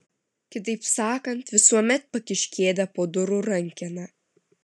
kitaip sakant visuomet pakišk kėdę po durų rankena